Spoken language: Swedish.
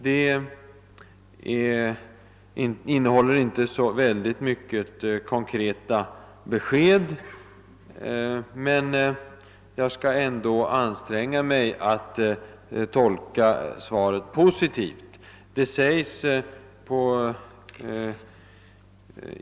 Det innehåller inte så många konkreta besked, men jag skall ändå anstränga mig att tolka det positivt.